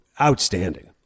outstanding